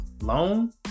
loan